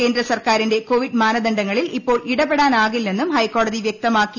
കേന്ദ്രസർക്കാരിന്റെ കോവിഡ് മാനദണ്ഡങ്ങളിൽ ഇപ്പോൾ ഇടപെടാനാകില്ലെന്നും ഹൈക്കോടതി വൃക്തമാക്കി